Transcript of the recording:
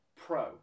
pro